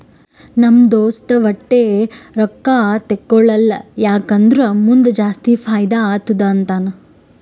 ನಮ್ ದೋಸ್ತ ವಟ್ಟೆ ರೊಕ್ಕಾ ತೇಕೊಳಲ್ಲ ಯಾಕ್ ಅಂದುರ್ ಮುಂದ್ ಜಾಸ್ತಿ ಫೈದಾ ಆತ್ತುದ ಅಂತಾನ್